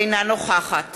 אינה נוכחת